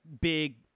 big